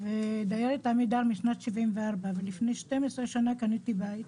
ודיירת עמידר משנת 1974. לפני 12 שנה קניתי בית.